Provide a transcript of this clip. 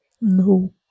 No